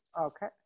Okay